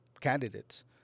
candidates